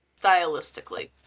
stylistically